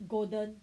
golden